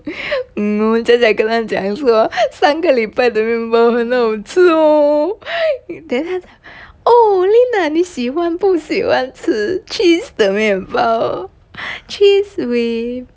um 我假假跟他讲说上个礼拜的面包很好吃哦 then 他喔 lena 你喜欢不喜欢吃 cheese 的面包 cheese with